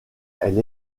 elle